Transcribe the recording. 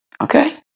Okay